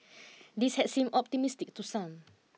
this had seemed optimistic to some